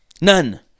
None